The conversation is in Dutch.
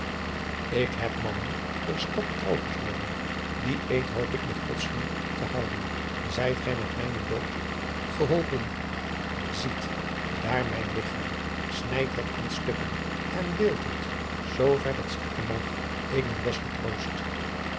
k heb mannen der tad trouw gezworen dien eed hoop ik met ods hulp te houden ijt gij met mijnen dood genoipen ziet daar mijn ligchaam snijdt het aanstukken en deelt het zoover het strekken mag ik ben des getroost